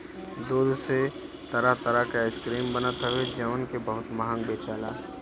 दूध से तरह तरह के आइसक्रीम बनत हवे जवना के बहुते महंग बेचाला